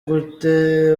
gute